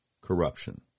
corruption